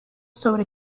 sobre